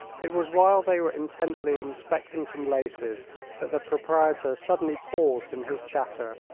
it was while they were intently inspecting some laces that the proprietor suddenly paused in his chatter,